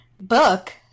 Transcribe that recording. book